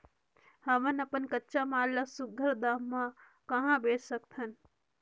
हमन अपन कच्चा माल ल सुघ्घर दाम म कहा बेच सकथन?